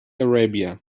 arabia